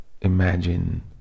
imagine